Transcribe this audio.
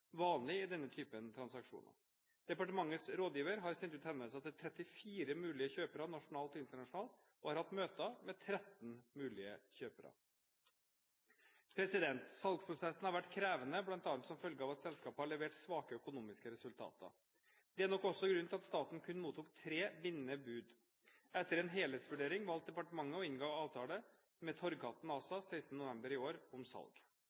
vanlig i den typen transaksjoner. Departementets rådgiver har sendt ut henvendelser til 34 mulige kjøpere nasjonalt og internasjonalt og har hatt møter med 13 mulige kjøpere. Salgsprosessen har vært krevende, bl.a. som følge av at selskapet har levert svake økonomiske resultater. Dette er nok også grunnen til at staten kun mottok tre bindende bud. Etter en helhetsvurdering valgte departementet å inngå avtale om salg med Torghatten ASA 16. november i år.